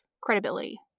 credibility